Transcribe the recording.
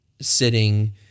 sitting